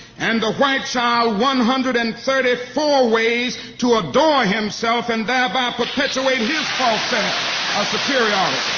and the white child one hundred and thirty four ways to adore himself, and thereby perpetuate his false sense of superiority.